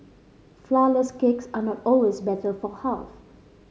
flourless cakes are not always better for health